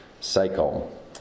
cycle